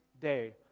day